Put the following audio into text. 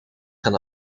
gaan